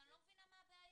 אז אני לא מבינה מה הבעיה.